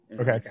Okay